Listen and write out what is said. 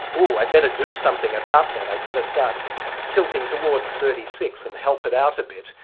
oh, i'd better do something about that, i'd better start tilting towards thirty six, and help it out a bit',